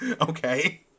Okay